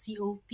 COP